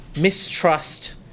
mistrust